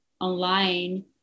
online